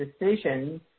decisions